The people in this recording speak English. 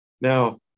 Now